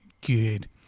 Good